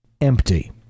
empty